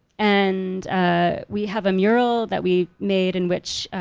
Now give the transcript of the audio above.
and ah we have a mural that we made in which,